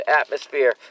atmosphere